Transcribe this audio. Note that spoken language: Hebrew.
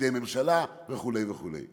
פקידי ממשלה וכו' וכו'.